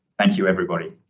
thank you everybody.